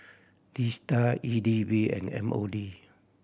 DSTA E D B and M O D